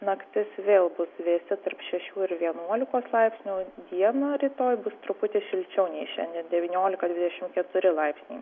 naktis vėl bus vėsi tarp šešių ir vienuolikos laipsnių dieną rytoj bus truputį šilčiau nei šiandien devyniolika dvidešim keturi laipsniai